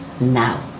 Now